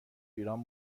ایران